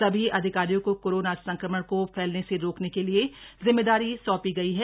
सभी अधिकारियों को कोरोना संक्रमण को फैलने से रोकने के लिए जिम्मेदारी सौंपी गई है